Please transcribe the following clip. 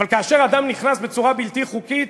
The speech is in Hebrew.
אבל כאשר אדם נכנס בצורה בלתי חוקית